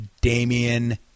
Damian